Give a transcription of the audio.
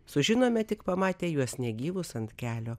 sužinome tik pamatę juos negyvus ant kelio